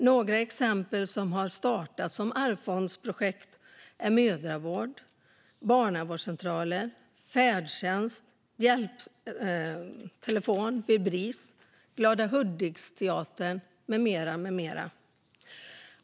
Några exempel som har startat som arvsfondsprojekt är mödravård, barnavårdscentraler, färdtjänst, Bris hjälptelefon, Glada Hudik-teatern med mera.